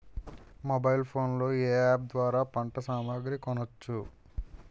Mobile phone లో ఏ app ద్వారా పంట సామాగ్రి కొనచ్చు?